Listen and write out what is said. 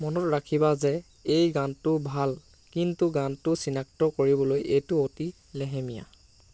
মনত ৰাখিবা যে এই গানটো ভাল কিন্তু গানটো চিনাক্ত কৰিবলৈ এইটো অতি লেহেমীয়া